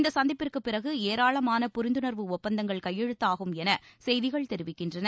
இந்த சந்திப்பிற்குப்பிறகு ஏராளமான புரிந்துணர்வு ஒப்பந்தங்கள் கையெழுத்தாகும் என செய்திகள் தெரிவிக்கின்றன